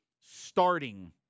starting –